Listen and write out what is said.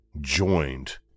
joined